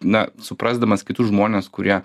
na suprasdamas kitus žmones kurie